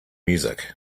music